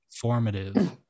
formative